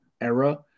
era